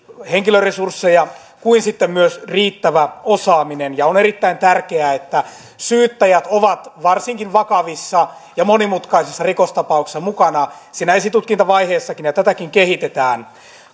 henkilöresursseja kuin riittävä osaaminen ja on erittäin tärkeää että syyttäjät ovat varsinkin vakavissa ja monimutkaisissa rikostapauksissa mukana siinä esitutkintavaiheessakin ja tätäkin kehitetään